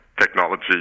technology